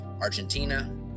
argentina